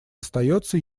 остается